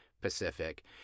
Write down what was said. Pacific